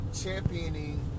championing